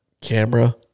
camera